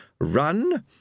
Run